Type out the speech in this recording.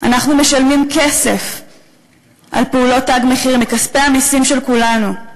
אנחנו משלמים כסף על פעולות "תג מחיר" מכספי המסים של כולנו.